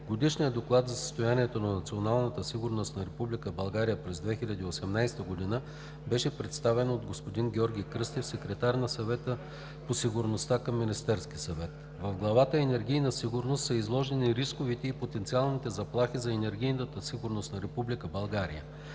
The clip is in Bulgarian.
Годишният доклад за състоянието на националната сигурност на Република България през 2018 г. беше представен от господин Георги Кръстев – секретар на Съвета по сигурността към Министерски съвет. В главата „Енергийна сигурност“ са изложени рисковете и потенциалните заплахи за енергийната сигурност на Република България.